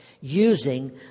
using